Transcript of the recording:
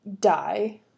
die